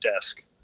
desk